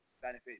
benefit